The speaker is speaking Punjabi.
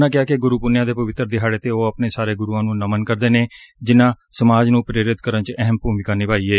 ਉਨ੍ਹਾਂ ਕਿਹਾ ਕਿ ਗੁਰੂ ਪੁੰਨਿਆ ਦੇ ਪਵਿੱਤਰ ਦਿਹਾੜੇ ਤੇ ਉਹ ਆਪਣੇ ਸਾਰੇ ਗੁਰੂਆਂ ਨੂੰ ਨਮਨ ਕਰਦੇ ਨੇ ਜਿਨਾਂ ਸਮਾਜ ਨੂੰ ਪ੍ਰੇਰਿਤ ਕਰਨ ਚ ਅਹਿਮ ਭੂਮਿਕਾ ਨਿਭਾਈ ਏ